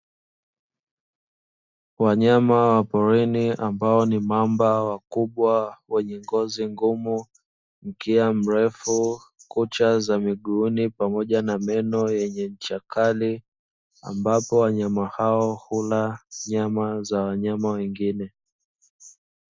Wanyama wa porini ambao ni mamba wakubwa wenye ngozi ngumu, mkia mrefu, kucha za miguuni, pamoja na meno yenye ncha kali, ambapo wanyama hao hula nyama za wanyama wengine.